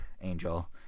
Angel